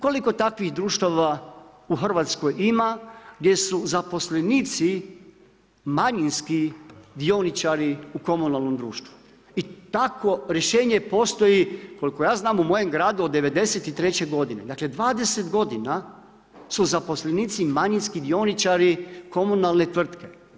Koliko takvih društava u Hrvatskoj ima gdje su zaposlenici manjinski dioničari u komunalnom društvu i takvo rješenje postoji koliko ja znam u mojem gradu od '93. godine, dakle 20 godina su zaposlenici manjinski dioničari komunalne tvrtke.